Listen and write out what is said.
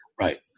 Right